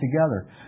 together